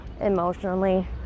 emotionally